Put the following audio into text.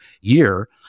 year